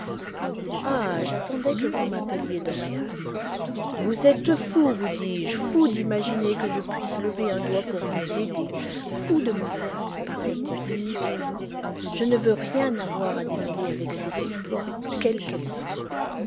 ah j'attendais que vous m'appeliez dorian vous êtes fou vous dis-je fou d'imaginer que je puisse lever un doigt pour vous aider fou de me faire une pareille confession je ne veux rien avoir à démêler avec cette histoire quelle qu'elle soit